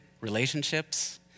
relationships